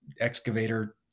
excavator